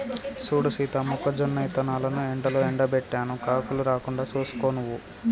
సూడు సీత మొక్కజొన్న ఇత్తనాలను ఎండలో ఎండబెట్టాను కాకులు రాకుండా సూసుకో నువ్వు